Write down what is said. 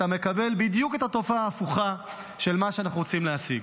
אתה מקבל בדיוק את התופעה ההפוכה של מה שאנחנו רוצים להשיג.